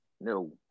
No